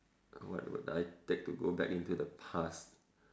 what would I take to go back into the past